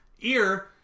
ear